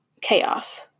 chaos